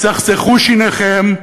צחצחו שיניכם,